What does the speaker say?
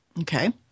Okay